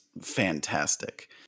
fantastic